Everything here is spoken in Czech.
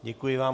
Děkuji vám.